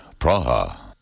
Praha